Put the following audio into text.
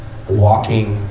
walking